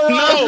no